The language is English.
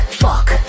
fuck